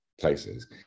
places